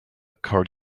card